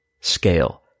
scale